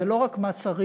זה לא רק מה צריך,